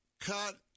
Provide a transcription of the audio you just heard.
cut